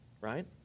right